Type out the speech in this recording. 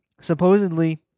Supposedly